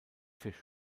für